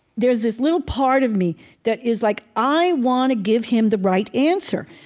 there's this little part of me that is like, i want to give him the right answer.